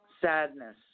Sadness